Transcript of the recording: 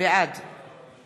בעד